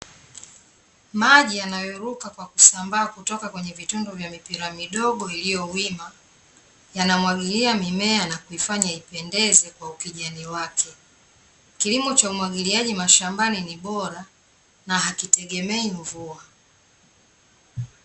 Maji yanayoruka kwa kusambaa kutoka kwenye vitundu vya mipira midogo iliyo wima, yanamwagilia mimea na kuifanya ipendeze kwa ukijani wake. Kilimo cha umwagiliaji mashambani ni bora, na hakiitegemei mvua.